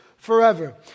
Forever